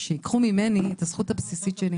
שייקחו ממני את הזכות הבסיסית שלי.